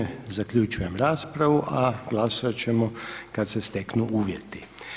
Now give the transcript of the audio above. Time zaključujem raspravu, a glasovat ćemo kad se steknu uvjeti.